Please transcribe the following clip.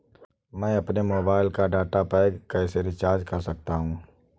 मैं अपने मोबाइल का डाटा पैक कैसे रीचार्ज कर सकता हूँ?